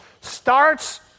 starts